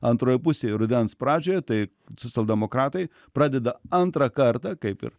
antroje pusėje rudens pradžioje tai socialdemokratai pradeda antrą kartą kaip ir